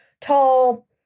tall